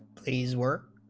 these were